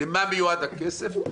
למה מיועד הכסף,